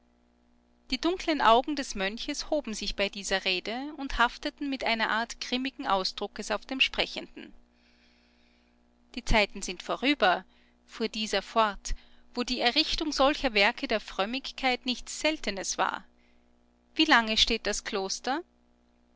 die dunkeln augen des mönches hoben sich bei dieser rede und hafteten mit einer art grimmigen ausdruckes auf dem sprechenden die zeiten sind vorüber fuhr dieser fort wo die errichtung solcher werke der frömmigkeit nichts seltenes war wie lange steht das kloster